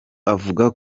avuga